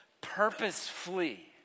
purposefully